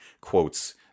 quotes